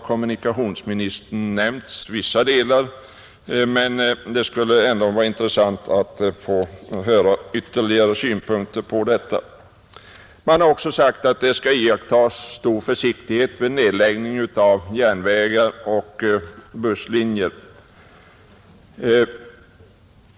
Kommunikationsministern har nämnt vissa saker, men det skulle ändå vara intressant att få höra ytterligare synpunkter. Utskottet har också sagt att det skall iakttas stor försiktighet vid nedläggning av järnvägar och busslinjer.